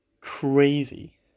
Crazy